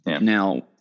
Now